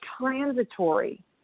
transitory